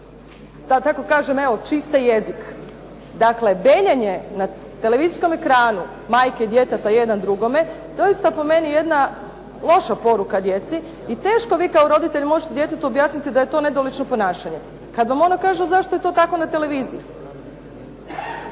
tako kažem evo, čiste jezik. Dakle, beljenje na televizijskom ekranu majke i djeteta jedan drugome doista je po meni jedna loša poruka djeci i teško vi kao roditelj možete djetetu objasniti da je to nedolično ponašanje kad vam ono kaže zašto je to tako na televiziji.